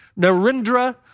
Narendra